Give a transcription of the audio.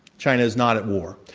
china's not at war.